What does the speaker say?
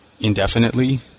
indefinitely